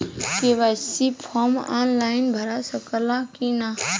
KYC form online भरा सकला की ना?